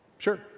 Sure